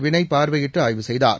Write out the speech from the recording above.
வினய் பார்வையிட்டு ஆய்வு செய்தார்